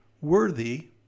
worthy